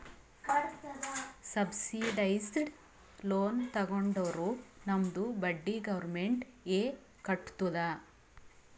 subsidised loan ತಗೊಂಡುರ್ ನಮ್ದು ಬಡ್ಡಿ ಗೌರ್ಮೆಂಟ್ ಎ ಕಟ್ಟತ್ತುದ್